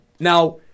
Now